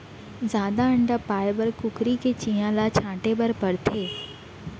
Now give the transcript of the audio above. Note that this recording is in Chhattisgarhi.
जादा अंडा पाए बर कुकरी के चियां ल छांटे बर परथे